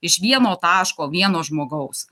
iš vieno taško vieno žmogaus